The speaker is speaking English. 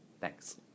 Thanks